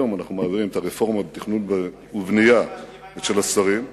היום אנחנו מעבירים את הרפורמה בתכנון ובנייה של השרים.